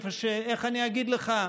איך אני אגיד לך,